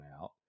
out